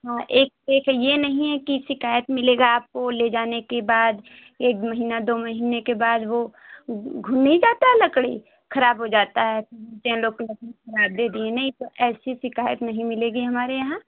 हाँ एक एक यह नही है कि शिकायत मिलेगा आपको ले जाने के बाद एक महिना दो महीने के बाद वह नहीं जाता है लकड़ी ख़राब हो जाती है ख़राब दे दिए नहीं तो ऐसी शिकायत नहीं मिलेगी हमारे यहाँ